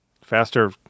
Faster